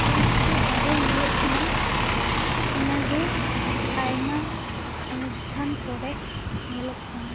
ᱟᱪᱪᱷᱟ ᱟᱨᱚ ᱧᱮᱞᱚᱜ ᱠᱟᱱᱟ ᱚᱱᱟ ᱜᱮ ᱟᱭᱢᱟ ᱚᱱᱩᱥᱴᱷᱟᱱ ᱠᱚᱨᱮ ᱧᱮᱞᱚᱜ ᱠᱟᱱᱟ